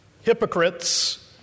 Hypocrites